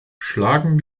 schlagen